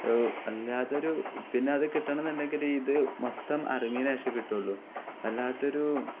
അല്ലാതൊരു പിന്നെ അത് കിട്ടണമെന്നുണ്ടെങ്കില് ഇതു മൊത്തം ഇറങ്ങിയതിനുശേഷമേ കിട്ടുകയുള്ളൂ വല്ലാത്തൊരു